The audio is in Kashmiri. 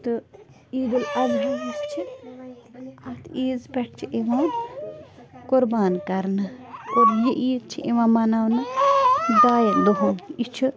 تہٕ عیٖد الاَضحیٰ یٔس چھِ اَتھ عیٖذ پٮ۪ٹھ چھِ یِوان قۄربان کَرنہٕ اُور یہِ عیٖد چھِ یِوان مناونہٕ ڈاین دۄہن یہِ چھِ